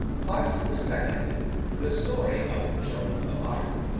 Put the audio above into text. part the second the story of joan of arc